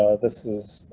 ah this is.